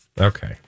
Okay